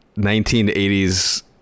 1980s